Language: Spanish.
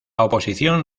oposición